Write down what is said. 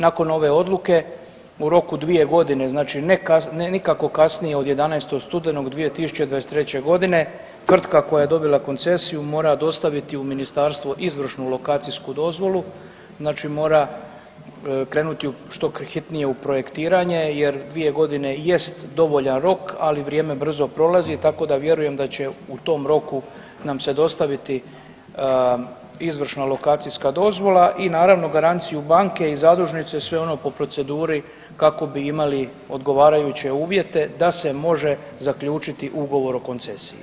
Nakon ove Odluke u roku 2 godine, znači nikako kasnije od 11. studenog 2023. g. tvrtka koja je dobila koncesiju mora dostaviti u Ministarstvo izvršnu lokacijsku dozvolu, znači mora krenuti u što hitnije projektiranje jer 2 godine jest dovoljan rok, ali vrijeme brzo prolazi, tako da, vjerujem da će u tom roku nam se dostaviti izvršna lokacijska dozvola i naravno, garanciju banke i zadužnicu i sve ono po proceduri kako bi imali odgovarajuće uvjete da se može zaključiti ugovor o koncesiji.